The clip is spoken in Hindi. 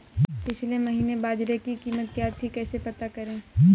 पिछले महीने बाजरे की कीमत क्या थी कैसे पता करें?